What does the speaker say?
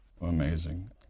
Amazing